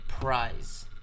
prize